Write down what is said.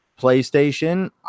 PlayStation